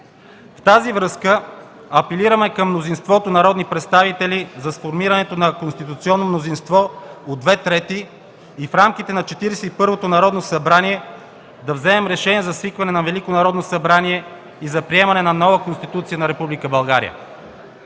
В тази връзка апелираме към мнозинството народни представители за сформирането на конституционно мнозинство от две трети – в рамките на Четиридесет и първото Народно събрание да вземем решение за свикване на Велико Народно събрание и за приемане на нова Конституция на